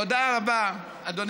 תודה רבה, אדוני היושב-ראש.